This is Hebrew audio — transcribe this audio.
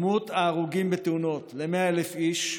מספר ההרוגים בתאונות ל-100,000 איש,